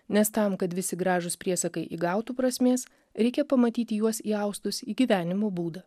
nes tam kad visi gražūs priesakai įgautų prasmės reikia pamatyti juos įaustus į gyvenimo būdą